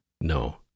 No